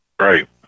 Right